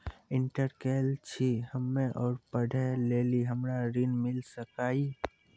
Inter केल छी हम्मे और पढ़े लेली हमरा ऋण मिल सकाई?